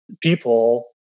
people